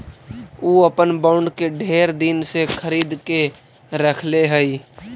ऊ अपन बॉन्ड के ढेर दिन से खरीद के रखले हई